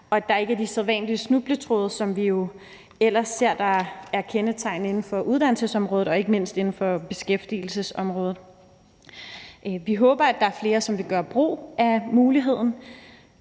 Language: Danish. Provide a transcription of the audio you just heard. og at der ikke er de sædvanlige snubletråde, som vi jo ellers ser er kendetegnende inden for uddannelsesområdet og ikke mindst inden for beskæftigelsesområdet. Vi håber, at der er flere, som vil gøre brug af muligheden.